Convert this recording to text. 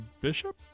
Bishop